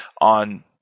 on